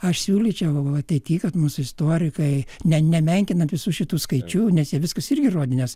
aš siūlyčiau ateity kad mūsų istorikai ne nemenkinant visų šitų skaičių nes viskas irgi įrodė nes